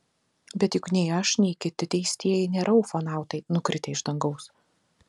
bet juk nei aš nei kiti teistieji nėra ufonautai nukritę iš dangaus